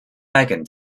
megan